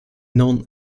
known